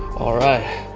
alright.